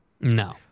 No